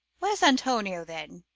where s antonio, then?